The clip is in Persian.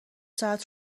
ساعت